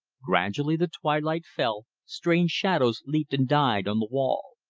gradually the twilight fell strange shadows leaped and died on the wall.